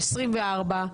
ה-24,